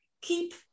keep